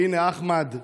הינה אחמד,